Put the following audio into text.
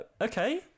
okay